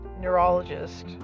neurologist